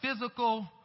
physical